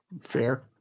fair